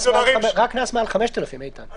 רק קנס מעל 5,000, איתן.